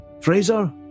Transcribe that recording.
fraser